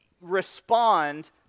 respond